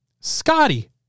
Scotty